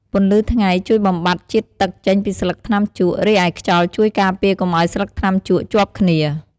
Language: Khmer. ពន្លឺថ្ងៃជួយបំបាត់ជាតិទឹកចេញពីស្លឹកថ្នាំជក់ រីឯខ្យល់ជួយការពារកុំអោយស្លឹកថ្នាំជក់ជាប់គ្នា។